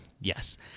Yes